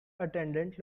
attendant